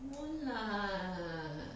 won't lah